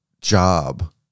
job